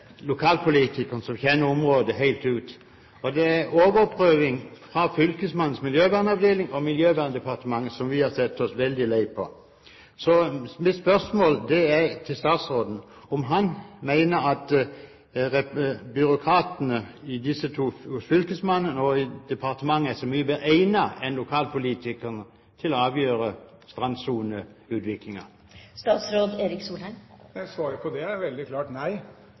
som kjenner området helt ut. Det er overprøvingen i fylkesmannens miljøvernavdeling og i Miljøverndepartementet som vi har sett oss veldig lei på. Mitt spørsmål til statsråden er om han mener at byråkratene hos fylkesmannen og departementet er så mye bedre egnet enn lokalpolitikerne til å avgjøre strandsoneutviklingen. Svaret på det er et veldig klart nei.